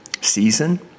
season